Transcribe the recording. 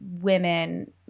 women